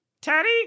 Teddy